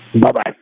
Bye-bye